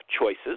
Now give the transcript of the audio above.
choices